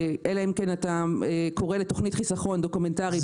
אלא אם כן אתה קורא לתוכנית חיסכון בקשת תוכנית דוקומנטרית.